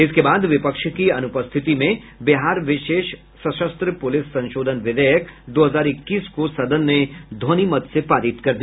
इसके बाद विपक्ष की अनुपस्थिति में बिहार विशेष सशस्त्र पुलिस संशोधन विधेयक दो हजार इक्कीस को सदन ने ध्वनिमत से पारित कर दिया